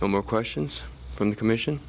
k more questions from the commission